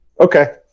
Okay